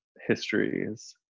histories